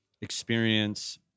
experience